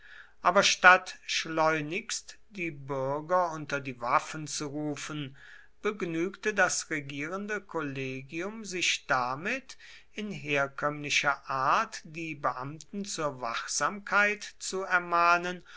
aber statt schleunigst die bürger unter die waffen zu rufen begnügte das regierende kollegium sich damit in herkömmlicher art die beamten zur wachsamkeit zu ermahnen